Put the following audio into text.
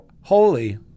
holy